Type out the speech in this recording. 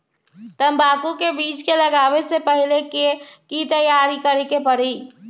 तंबाकू के बीज के लगाबे से पहिले के की तैयारी करे के परी?